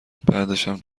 بعدشم